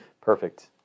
Perfect